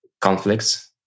conflicts